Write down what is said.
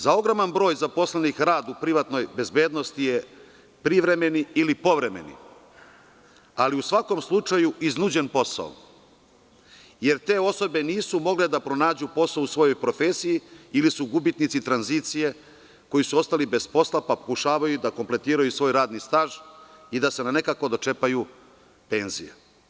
Za ogroman broj zaposlenih rad u privatnoj bezbednosti je privremeni ili povremeni, ali u svakom slučaju iznuđen posao, jer te osobe nisu mogle da pronađu posao u svojoj profesiji, ili su gubitnici tranzicije koji su ostali bez posla pa pokušavaju da kompletiraju svoj radni staž i da se nekako dočepaju penzije.